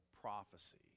prophecy